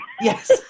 yes